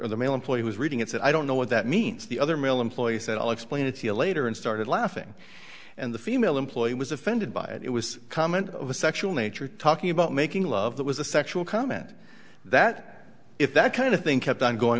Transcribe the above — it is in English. said the male employee was reading it i don't know what that means the other male employee said i'll explain it to you later and started laughing and the female employee was offended by it it was a comment of a sexual nature talking about making love that was a sexual comment that if that kind of thing kept on going